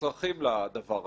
שנצרכים לדבר הזה.